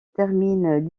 termine